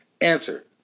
Answer